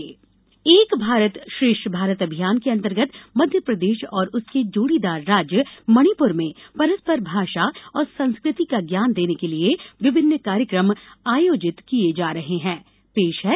एक भारत श्रेष्ठ भारत एक भारत श्रेष्ठ भारत अभियान के अंतर्गत मध्यप्रदेश और उसके जोड़ीदार राज्य मणिपूर में परस्पर भाषा और संस्कृति का ज्ञान देने के लिए विभिन्न कार्यक्रम आयोजित किए जा रहे है